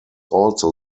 also